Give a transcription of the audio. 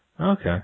Okay